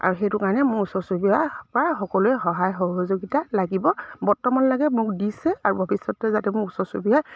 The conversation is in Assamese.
আৰু সেইটো কাৰণে মোৰ ওচৰ চুবুৰীয়াৰ পৰা সকলোৱে সহায় সহযোগিতা লাগিব বৰ্তমান লাগে মোক দিছে আৰু ভৱিষ্যতে যাতে মোক ওচৰ চুবুৰীয়াই